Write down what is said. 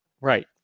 Right